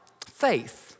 faith